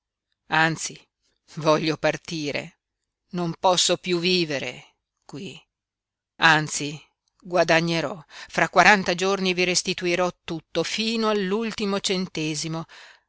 anzi voglio partire non posso piú vivere qui anzi guadagnerò fra quaranta giorni vi restituirò tutto fino all'ultimo centesimo